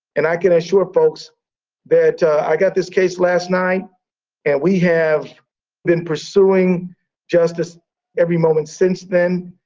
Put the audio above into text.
and i can assure folks that i got this case last night and we have been pursuing justice every moment since then.